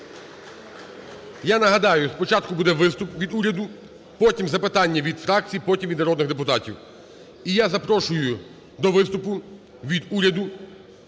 Я нагадаю, спочатку буде виступ від уряду, потім – запитання від фракцій, потім – від народних депутатів. І я запрошую до виступу від уряду